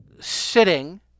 sitting